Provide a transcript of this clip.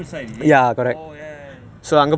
that [one] is the specialist for women [one] is it